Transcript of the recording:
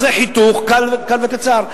זה חיתוך קל וקצר.